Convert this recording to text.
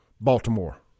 Baltimore